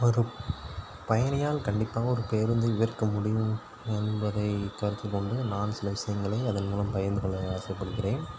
ஒரு பயணியால் கண்டிப்பாக ஒரு பேருந்தை விவரிக்க முடியும் என்பதை கருத்தில் கொண்டு நான் சில விஷயங்களை அதன் மூலம் பகிர்ந்துகொள்ள ஆசைப்படுகிறேன்